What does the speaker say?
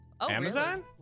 Amazon